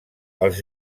els